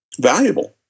valuable